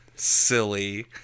Silly